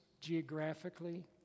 geographically